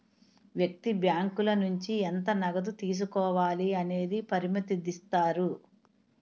వ్యక్తి బ్యాంకుల నుంచి ఎంత నగదు తీసుకోవాలి అనేది పరిమితుదిస్తారు